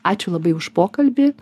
ačiū labai už pokalbį